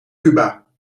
cuba